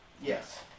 Yes